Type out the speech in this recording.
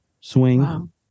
swing